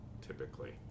typically